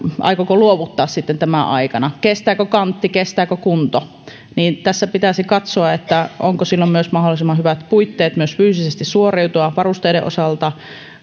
aikooko luovuttaa sitten tämän aikana kestääkö kantti kestääkö kunto tässä pitäisi katsoa onko silloin mahdollisimman hyvät puitteet suoriutua myös fyysisesti ja varusteiden osalta